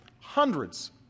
hundreds